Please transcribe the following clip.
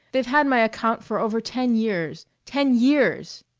they've had my account for over ten years ten years.